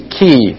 key